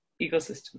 ecosystem